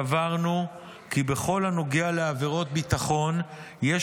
סברנו כי בכל הנוגע לעבירות ביטחון יש